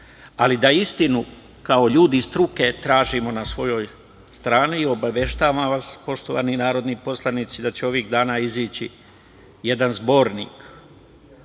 ali da istinu kao ljudi iz struke tražimo na svojoj strani i obaveštavam vas, poštovani narodni poslanici, da će ovih dana izaći jedan zbornik